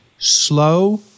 Slow